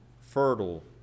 fertile